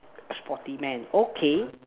a sporty man okay